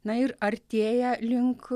na ir artėja link